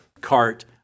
cart